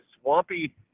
swampy